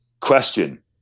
question